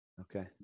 Okay